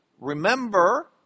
Remember